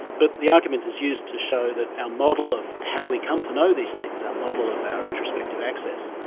but the argument is used to show that our model of how we come to know these things, our model of our introspective access,